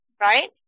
Right